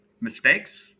mistakes